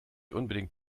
unbedingt